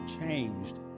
changed